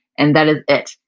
and that is it.